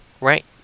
Right